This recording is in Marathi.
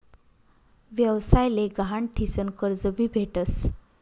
व्यवसाय ले गहाण ठीसन कर्ज भी भेटस